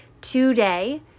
today